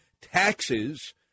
taxes